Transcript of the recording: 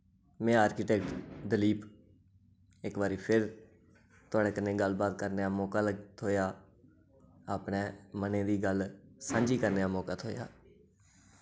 में आर्किटेक्ट दलीप इक बारी फिर थुआढ़े कन्नै गल्ल बात करने दा मौका थ्होएआ अपने मनै दी गल्ल सांझी करने दा मौका थ्होएआ